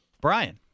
Brian